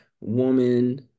woman